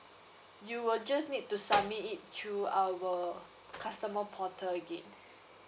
you will just need to submit it through our customer portal again